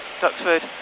Duxford